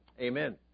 Amen